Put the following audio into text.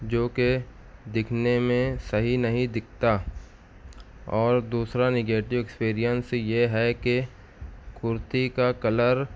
جوکہ دکھنے میں صحیح نہیں دکھتا اور دوسرا نگیٹیو ایکسپریئنس یہ ہے کہ کُرتی کا کلر